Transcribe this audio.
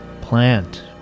plant